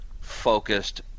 focused